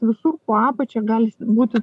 visur po apačia gal būti